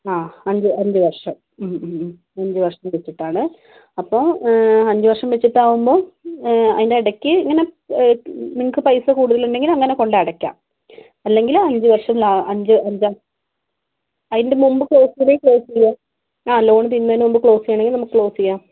ആ അഞ്ച് അഞ്ച് വർഷം അഞ്ച് വർഷം വച്ചിട്ടാണ് അപ്പോൾ അഞ്ച് വർഷം വച്ചിട്ടാവുമ്പം അതിൻ്റെ ഇടയ്ക്ക് ഇങ്ങനെ നിങ്ങൾക്ക് പൈസ കൂടുതലുണ്ടെങ്കിൽ അങ്ങനെ കൊണ്ട് അടയ്ക്കാം അല്ലെങ്കിൽ അഞ്ച് വർഷം അഞ്ച് അതിൻ്റെ മുമ്പ് ക്ലോസ് ഇല്ലെങ്കിൽ ക്ലോസ് ചെയ്യാം ആ ലോൺ തീരുന്നതിനു മുമ്പ് ക്ലോസ് ചെയ്യണമെങ്കിൽ നമുക്ക് ക്ലോസ് ചെയ്യാം